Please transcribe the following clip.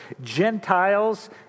Gentiles